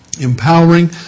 Empowering